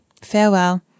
farewell